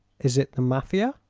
is it the mafia? ah,